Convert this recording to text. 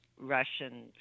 Russian